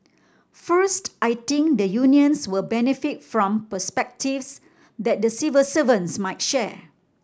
first I think the unions will benefit from perspectives that the civil servants might share